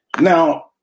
Now